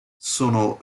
sono